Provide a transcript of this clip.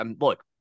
look